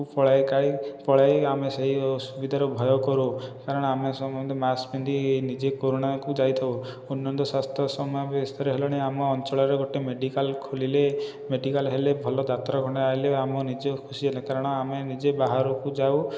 କୁ ପଳାଏ କାଳେ ପଳାଇ ଆମେ ସେହି ଅସୁବିଧାର ଭୟ କରୁ କାରଣ ଆମେ ସମସ୍ତେ ମାସ୍କ ପିନ୍ଧି ନିଜେ କରୋନାକୁ ଯାଇଥାଉ ସ୍ୱାସ୍ଥ୍ୟ ସମାବେଶରେ ହେଲେଣି ଆମ ଅଞ୍ଚଳରେ ଗୋଟିଏ ମେଡ଼ିକାଲ ଖୋଲିଲେ ମେଡ଼ିକାଲ ହେଲେ ଭଲ ଡାକ୍ତର ଖଣ୍ଡେ ଆସିଲେ ଆମ ନିଜ ଖୁସି କାରଣ ଆମେ ନିଜେ ବାହାରକୁ ଯାଉ